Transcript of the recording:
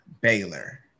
Baylor